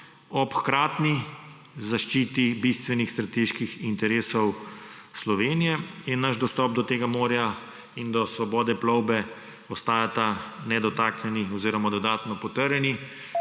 ob hkratni zaščiti bistvenih strateških interesov Slovenije. Naš dostop do tega morja in do svobode plovbe ostajata nedotaknjeni oziroma dodatno potrjeni.